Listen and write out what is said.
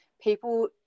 people